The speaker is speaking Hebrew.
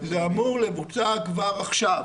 כבר עכשיו.